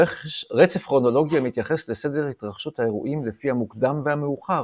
רצף כרונולוגי המתייחס לסדר התרחשות האירועים לפי המוקדם והמאוחר,